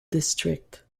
district